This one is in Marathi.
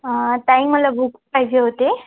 ताई मला बूक पाहिजे होते